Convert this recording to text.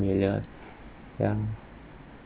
million ya